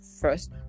first